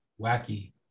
wacky